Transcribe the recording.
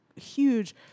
huge